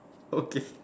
okay